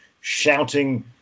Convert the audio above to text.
shouting